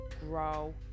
grow